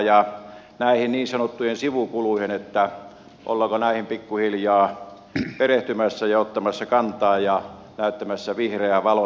ollaanko näihin niin sanottuihin sivukuluihin pikkuhiljaa perehtymässä ja ottamassa kantaa ja näyttämässä vihreää valoa